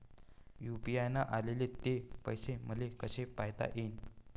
UPI न आले ते पैसे मले कसे पायता येईन?